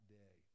day